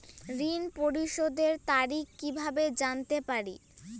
ঋণ পরিশোধের তারিখ কিভাবে জানতে পারি?